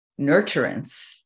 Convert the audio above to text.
nurturance